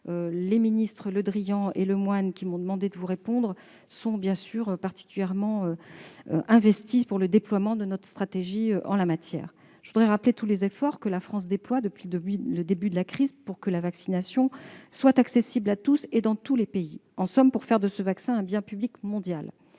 Les ministres Le Drian et Lemoyne, qui m'ont demandé de vous répondre, sont particulièrement investis sur le déploiement de notre stratégie vaccinale. Je voudrais rappeler tous les efforts que la France déploie depuis le début de la crise pour que la vaccination soit accessible à tous et dans tous les pays- en somme, pour faire de ce vaccin un bien public mondial.